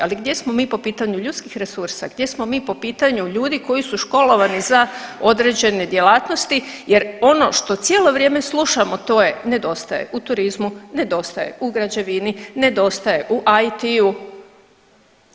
Ali gdje smo mi po pitanju ljudskih resursa, gdje smo mi po pitanju ljudi koji su školovani za određene djelatnosti jer ono što cijelo vrijeme slušamo to je nedostaje u turizmu, nedostaje u građevini, nedostaje u IT-u.